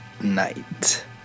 night